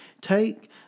take